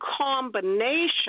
combination